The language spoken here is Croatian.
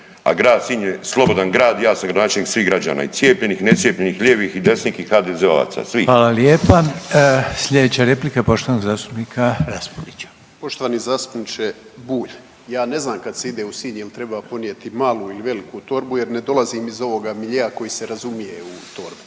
A grad Sinj je slobodan grad i ja sam gradonačelnik svih građana i cijepljenih i necijepljenih i lijevih i desnih i HDZ-ovaca, svih. **Reiner, Željko (HDZ)** Hvala lijepa. Slijedeća replika je poštovanog zastupnika Raspudića. **Raspudić, Nino (Nezavisni)** Poštovani zastupniče Bulj, ja ne znam kad se ide u Sinj jel treba ponijeti malu ili veliku torbu jer ne dolazim iz ovoga miljea koji se razumije u torbe,